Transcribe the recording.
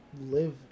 live